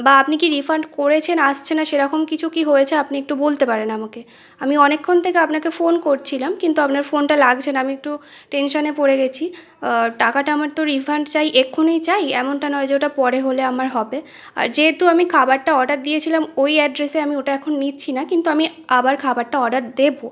বা আপনি কি রিফান্ড করেছেন আসছে না সেরকম কিছু কী হয়েছে আপনি একটু বলতে পারেন আমাকে আমি অনেকক্ষণ থেকে আপনাকে ফোন করছিলাম কিন্তু আপনার ফোনটা লাগছে না আমি একটু টেনশনে পড়ে গিয়েছি টাকাটা আমার তো রিফান্ড চাই এক্ষুনিই চাই এমনটা নয় যে ওটা পরে হলে আমার হবে আর যেহেতু আমি খাবারটা অর্ডার দিয়েছিলাম ওই অ্যাড্রেসে আমি ওটা এখন নিচ্ছি না কিন্তু আমি আবার খাবারটা অর্ডার দেব